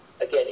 Again